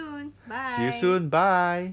see you soon bye